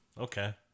okay